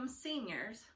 Seniors